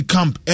Camp